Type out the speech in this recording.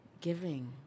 giving